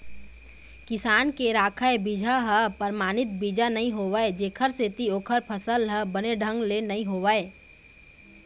किसान के राखे बिजहा ह परमानित बीजा नइ होवय जेखर सेती ओखर फसल ह बने ढंग ले नइ होवय